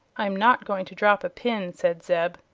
i'm not going to drop a pin, said zeb.